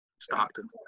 stockton